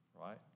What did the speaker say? right